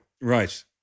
Right